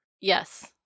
Yes